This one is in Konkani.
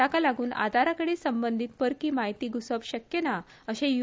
ताका लागुन आधाराकडेन संबंधित परकी म्हायती घूसोवप शक्य ना अशेय यू